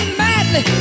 madly